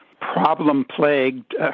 problem-plagued